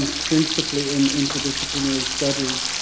principally in interdisciplinary studies.